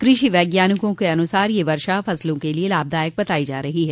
कृषि वैज्ञानिकों के अनुसार यह वर्षा फसलों के लिए लाभदायक बताई जा रही है